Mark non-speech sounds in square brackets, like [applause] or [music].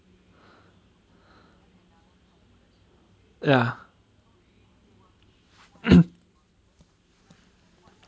ya [coughs]